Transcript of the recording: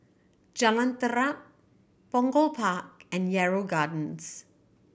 Jalan Terap Punggol Park and Yarrow Gardens